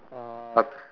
uh